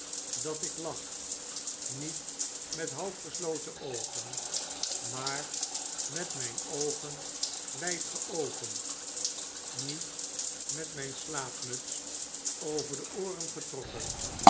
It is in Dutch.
dat ik lag niet met half geslotene oogen maar met myn oogen wyd geopend niet met myn slaapmuts over de ooren getrokken